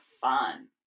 fun